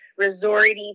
resorty